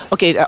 Okay